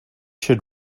should